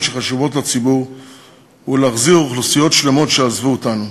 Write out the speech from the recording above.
שחשובות לציבור ולהחזיר אוכלוסיות שלמות שעזבו אותנו.